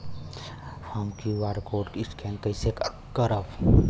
हम QR code scan कइसे करब?